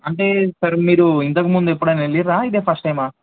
అంటే సార్ మీరు ఇంతకుముందు ఎప్పుడైనా వెళ్ళారా ఇదే ఫస్ట్ టైమా